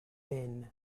peine